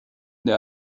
der